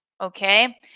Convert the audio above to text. okay